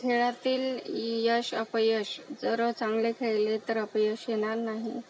खेळातील यश अपयश जर चांगले खेळले तर अपयश येणार नाही